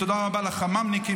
תודה רבה לחמ"מניקים,